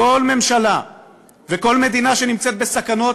כל ממשלה וכל מדינה שנמצאת בסכנות